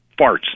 farts